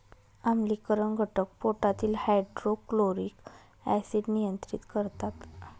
आम्लीकरण घटक पोटातील हायड्रोक्लोरिक ऍसिड नियंत्रित करतात